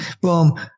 boom